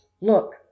look